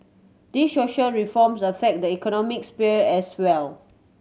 these social reforms affect the economic sphere as well